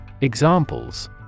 Examples